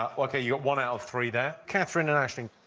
ok, you got one out of three there. katherine and aisling?